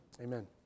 amen